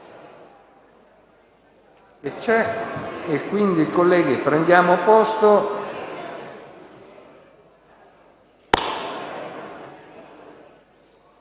Grazie